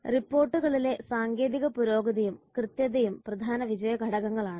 റിപ്പോർട്ടുകളിലെ സാങ്കേതിക പുരോഗതിയും കൃത്യതയും പ്രധാന വിജയ ഘടകങ്ങളാണ്